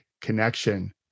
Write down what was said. connection